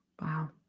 Wow